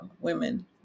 women